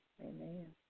Amen